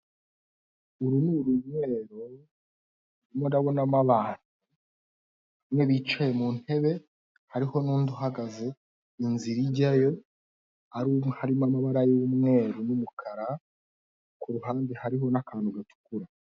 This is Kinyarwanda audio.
Uru ni urunywero ndimo ndabonamo abantu bamwe bicaye mu ntebe hariho n'undi uhagaze, inzira ijyayo harimo amabara y'umweru n'umukara, ku ruhande hariho n'akantu gatukura.